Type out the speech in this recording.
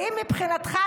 האם מבחינתך,